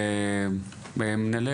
מנהלי